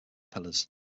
pillars